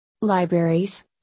Libraries